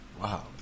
Wow